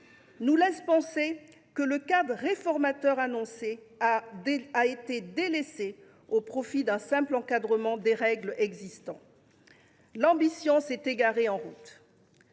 nous laisse penser que la réforme annoncée a été délaissée au profit d’un simple agencement des règles existantes. L’ambition s’est égarée en